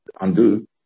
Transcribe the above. undo